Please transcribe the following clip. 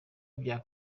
bya